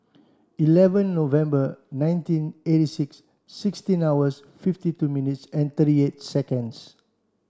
eleven November nineteen eighty six sixteen hours fifty two minutes and thirty eight seconds